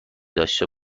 داشته